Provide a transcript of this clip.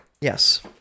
yes